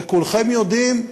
וכולכם יודעים,